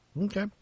Okay